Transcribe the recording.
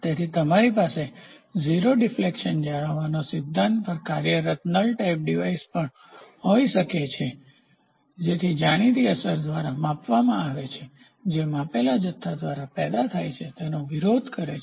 તેથી તમારી પાસે 0 ડિફ્લેક્શન જાળવવાના સિદ્ધાંત પર કાર્યરત નલ ટાઇપ ડિવાઇસ પણ હોઈ શકે છે જેને જાણીતી અસર દ્વારા માપવામાં આવે છે જે માપેલા જથ્થા દ્વારા પેદા થાય છે તેનો વિરોધ કરે છે